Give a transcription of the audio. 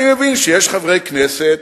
אני מבין שיש חברי כנסת